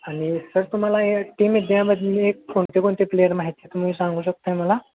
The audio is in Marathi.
आणि सर तुम्हाला या टीम इंडियामधले कोणते कोणते प्लेयर माहिती तुम्ही सांगू शकत आहात मला